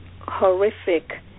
horrific